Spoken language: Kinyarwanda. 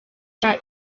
cya